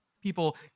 people